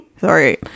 Sorry